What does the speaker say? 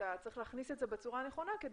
אתה צריך להכניס את זה בצורה הנכונה כדי